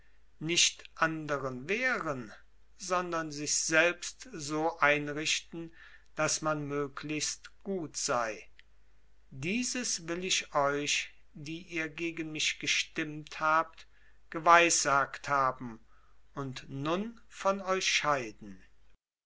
nicht anderen wehren sondern sich selbst so einrichten daß man möglichst gut sei dieses will ich euch die ihr gegen mich gestimmt habt geweissagt haben und nun von euch scheiden